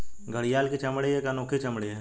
घड़ियाल की चमड़ी एक अनोखी चमड़ी है